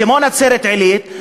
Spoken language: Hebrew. כמו נצרת-עילית,